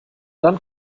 dann